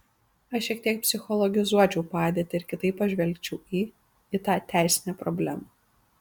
aš šiek tiek psichologizuočiau padėtį ir kitaip pažvelgčiau į į tą teisinę problemą